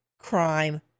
crime